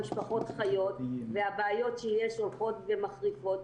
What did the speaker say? המשפחות חיות והבעיות שקיימות הולכות ומחריפות.